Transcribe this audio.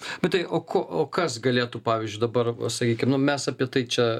nu tai o ko o kas galėtų pavyzdžiui dabar sakykim nu mes apie tai čia